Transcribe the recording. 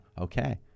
Okay